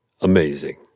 amazing